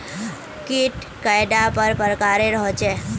कीट कैडा पर प्रकारेर होचे?